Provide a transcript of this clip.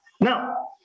now